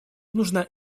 нужна